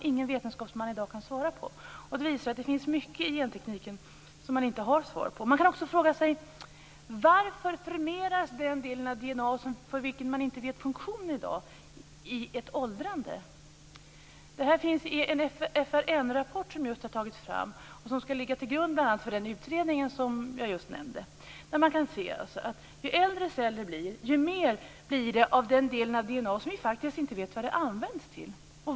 Ingen vetenskapsman kan i dag svara på det. Det visar att det finns många frågor inom gentekniken som det inte finns några svar på. Varför förmeras den del av DNA för vilken man inte vet funktionen i dag i ett åldrande? Detta finns med i en FRN-rapport som nyligen har tagits fram och som skall ligga till grund bl.a. för den utredning som jag nyss nämnde. Man kan se att ju äldre celler blir, desto mer blir det av den del av DNA som vi faktiskt inte vet vad den används till.